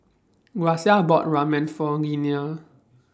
Gracia bought Ramen For Leana